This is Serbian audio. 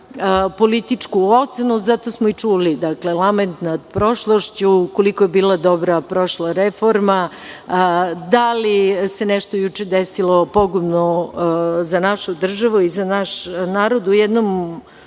političku ocenu, zato smo i čuli lament nad prošlošću, ukoliko je bila dobra prošla reforma. Da li se nešto juče desilo pogubno za našu državu i za naš narod u jednom